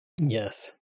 Yes